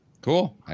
Cool